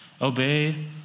obey